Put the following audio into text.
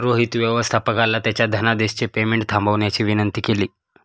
रोहित व्यवस्थापकाला त्याच्या धनादेशचे पेमेंट थांबवण्याची विनंती केली